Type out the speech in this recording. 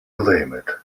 claimed